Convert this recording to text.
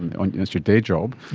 and and that's your day job,